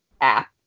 app